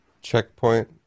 checkpoint